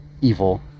evil